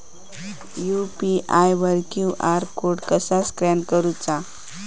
UPI वर QR code कसा scan करूचा?